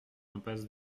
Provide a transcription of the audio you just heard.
impasse